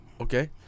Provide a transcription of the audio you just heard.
Okay